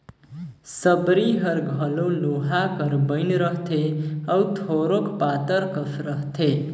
सबरी हर घलो लोहा कर बइन रहथे अउ थोरोक पातर कस रहथे